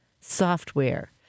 software